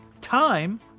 time